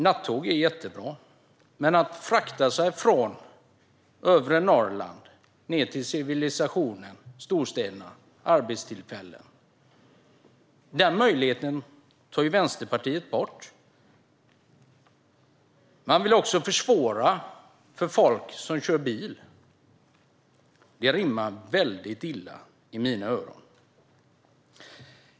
Nattåg är jättebra, men möjligheten att frakta sig från övre Norrland ned till civilisationen, storstäderna och arbetstillfällena tar Vänsterpartiet bort. Ni vill också försvåra för folk som kör bil. Det rimmar illa i mina öron.